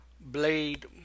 Blade